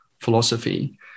philosophy